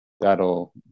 that'll